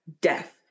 death